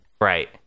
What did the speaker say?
Right